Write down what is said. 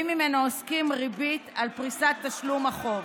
העוסקים גובים ממנו ריבית על פריסת תשלום החוב.